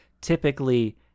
typically